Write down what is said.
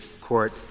court